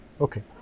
okay